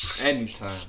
Anytime